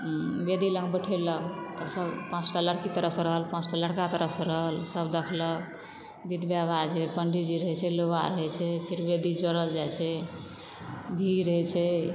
वेदी लग में पठेलक तब सब पाँच टा लड़की के तरफ़ सॅं रहल पाँच टा लड़का के तरफ़ सॅं रहल सब देखलक विध व्यवहार जे पंडित जी रहै छै लोग बाग रहै छै फेर वेदी जोड़ल जाइ छै भीड़ रहै छै